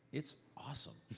it's awesome.